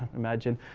imagine.